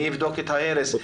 מי יבדוק את ההרס,